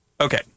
Okay